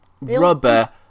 Rubber